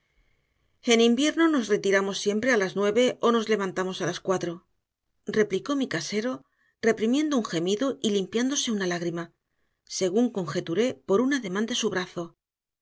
en invierno nos retiramos siempre a las nueve y nos levantamos a las cuatro replicó mi casero reprimiendo un gemido y limpiándose una lágrima según conjeturé por un ademán de su brazo